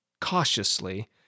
Cautiously